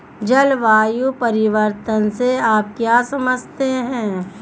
जलवायु परिवर्तन से आप क्या समझते हैं?